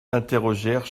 interrogèrent